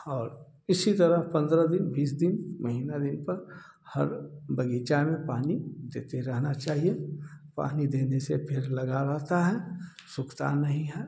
और इसी तरह पंद्रह दिन बीस दिन महीना दिन पर हर बगीचा में पानी देते रहना चाहिए पानी देने से पेड़ लगा रहता है सूखता नहीं है